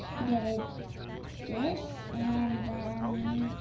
you go to this and then